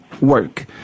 work